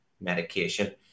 medication